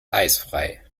eisfrei